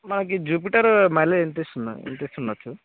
మనకి Jupiter mileage ఎంత ఇస్తుంది ఎంత ఇస్తుండవచ్చు